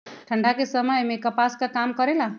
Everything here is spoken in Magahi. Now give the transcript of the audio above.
ठंडा के समय मे कपास का काम करेला?